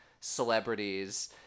celebrities